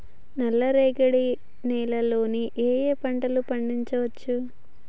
నల్లరేగడి నేల లో ఏ ఏ పంట లు పండించచ్చు?